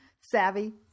savvy